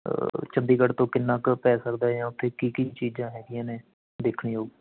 ਚੰਡੀਗੜ੍ਹ ਤੋਂ ਕਿੰਨਾ ਕੁ ਪੈ ਸਕਦਾ ਜਾਂ ਉੱਥੇ ਕੀ ਕੀ ਚੀਜ਼ਾਂ ਹੈਗੀਆ ਨੇ ਦੇਖਣਯੋਗ